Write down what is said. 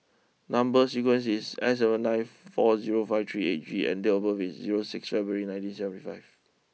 number sequence is S zero nine four zero five three eight G and date of birth is zero six February nineteen seventy five